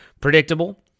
Predictable